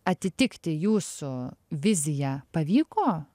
atitikti jūsų viziją pavyko